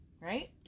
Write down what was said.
Right